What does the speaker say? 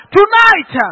Tonight